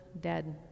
dead